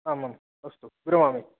आम् आम् अस्तु विरमामि